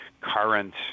current